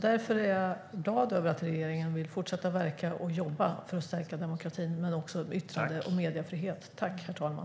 Därför är jag glad att regeringen vill fortsatta att verka och jobba för att stärka inte bara demokratin utan också yttrande och mediefriheten.